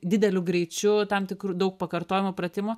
dideliu greičiu tam tikru daug pakartojimų pratimų